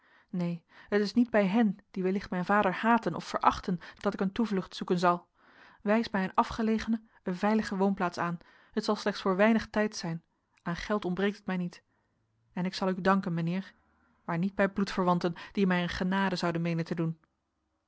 neen het is niet bij hen die wellicht mijn vader haten of verachten dat ik een toevlucht zoeken zal wijs mij een afgelegene een veilige woonplaats aan het zal slechts voor weinig tijds zijn aan geld ontbreekt het mij niet en ik zal u danken mijnheer maar niet bij bloedverwanten die mij een genade zouden meenen te doen